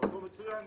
מקום מצוין,